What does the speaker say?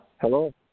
Hello